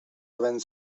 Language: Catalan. havent